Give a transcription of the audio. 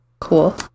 Cool